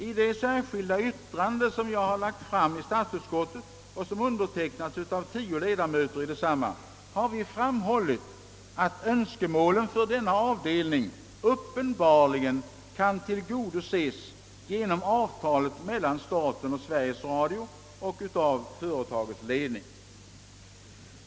I det särskilda yttrande jag lagt fram i statsutskottet och som undertecknats av tio utskottsledamöter har vi framhållit, att önskemålen för en sådan avdelning uppenbarligen kan tillgodoses genom avtalet mellan staten och Sveriges Radio samt av företagets ledning.